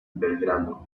belgrano